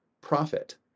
profit